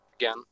again